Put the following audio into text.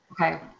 Okay